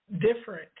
different